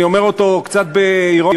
אני אומר אותו קצת באירוניה,